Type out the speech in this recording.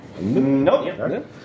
Nope